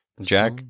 Jack